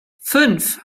fünf